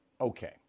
Okay